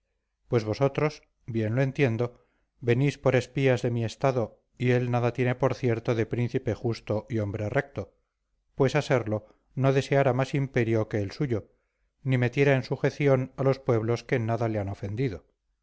pues vosotros bien lo entiendo venís por espías de mi estado y él nada tiene por cierto de príncipe justo y hombre recto pues a serlo no deseara más imperio que el suyo ni metiera en sujeción a los pueblos que en nada le han ofendido